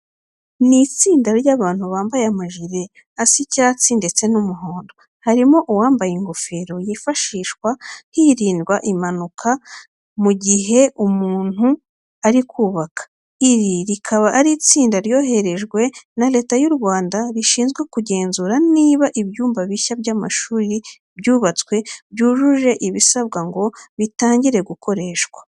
Ni itsinda ry'abantu bambaye amajire asa icyatsi ndetse n'umuhondo, harimo n'uwambaye ingofero yifashishwa hirindwa impanuka mu gihe umuntu ari kubaka. Iri rikaba ari itsinda ryoherejwe na Leta y'u Rwanda rishinzwe kugenzura niba ibyumba bishya by'amashuri byubatswe byujuje ibisabwa ngo bitangire gukoreshwa.